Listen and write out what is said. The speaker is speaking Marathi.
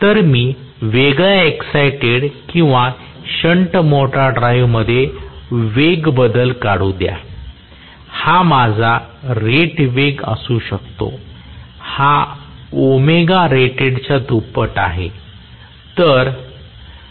तर मी वेगळ्या एक्सायटेड किंवा शंट मोटर ड्राईव्हमध्ये वेग बदल काढू द्या हा माझा रेट वेग असू शकतो हा ओमेगा रेटेड च्या दुप्पट आहे